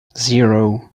zero